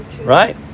Right